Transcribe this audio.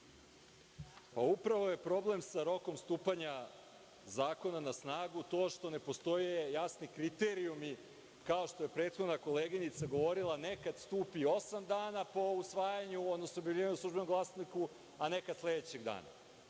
Upravo je problem sa rokom stupanja zakona na snagu. To što ne postoje jasni kriterijumi kao što je prethodna koleginica govorila, nekad stupi osam dana po usvajanju, odnosno objavljivanju u „Službenom glasniku“, a nekad sledećeg dana.